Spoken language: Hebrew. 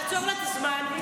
יש לך סמכות כזאת.